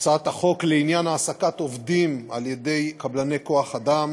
הצעת החוק לעניין העסקת עובדים על ידי קבלני כוח אדם,